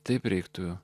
taip reiktų